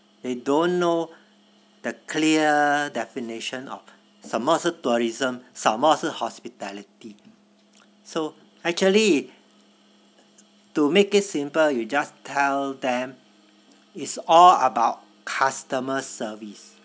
they don't know the clear definition of 什么是 tourism 什么是 hospitality so actually to make it simple you just tell it's all about customer service